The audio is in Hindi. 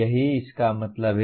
यही इसका मतलब है